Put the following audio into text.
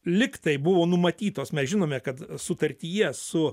lygtai buvo numatytos mes žinome kad sutartyje su